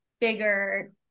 bigger